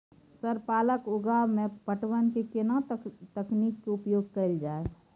Sir पालक उगाव में पटवन के केना तकनीक के उपयोग कैल जाए?